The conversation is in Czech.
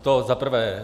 To za prvé.